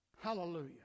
Hallelujah